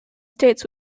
states